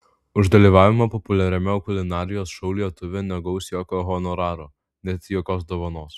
už dalyvavimą populiariame kulinarijos šou lietuvė negaus jokio honoraro net jokios dovanos